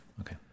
Okay